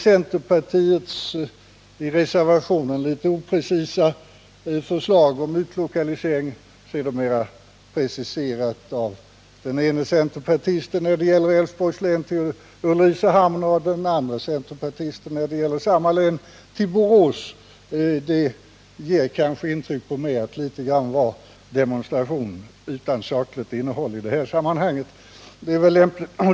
Centerpartiets litet oprecisa förslag i reservationen om utlokalisering, sedermera när det gäller Älvsborgs län av den ene centerpartisten preciserat till Ulricehamn och av den andre till Borås, gör på mig intryck av något av en demonstration utan sakligt innehåll.